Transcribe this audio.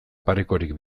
parekorik